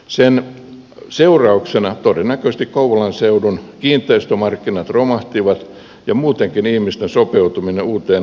sen seurauksena todennäköisesti kouvolan seudun kiinteistömarkkinat romahtivat ja muutenkin ihmisten sopeutuminen uuteen olosuhteeseen vaikeutui